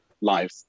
live